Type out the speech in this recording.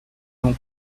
long